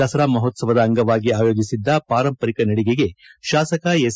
ದಸರಾ ಮಹೋತ್ಪವದ ಅಂಗವಾಗಿ ಆಯೋಜಿಸಿದ್ದ ಪಾರಂಪರಿಕ ನಡಿಗೆಗೆ ಶಾಸಕ ಎಸ್